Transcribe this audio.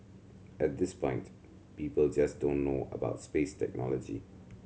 at this point people just don't know about space technology